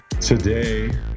today